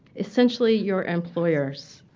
essentially your employers.